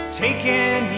taken